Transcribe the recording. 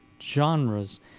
genres